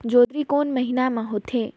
जोंदरी कोन महीना म होथे?